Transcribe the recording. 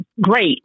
great